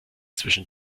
zwischen